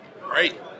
great